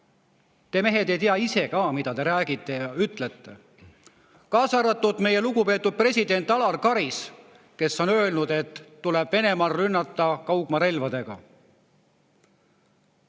Te, mehed, ei tea ise ka, mida te räägite ja ütlete, kaasa arvatud meie lugupeetud president Alar Karis, kes on öelnud, et tuleb Venemaad rünnata kaugmaarelvadega.